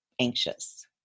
anxious